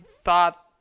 thought